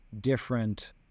different